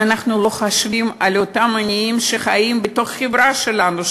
ואנחנו לא חושבים על אותם עניים שחיים בתוך החברה שלנו,